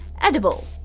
edible